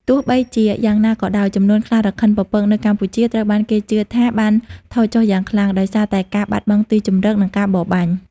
ទោះបីជាយ៉ាងណាក៏ដោយ ចំនួនខ្លារខិនពពកនៅកម្ពុជាត្រូវបានគេជឿថាបានថយចុះយ៉ាងខ្លាំង ដោយសារតែការបាត់បង់ទីជម្រក និងការបរបាញ់។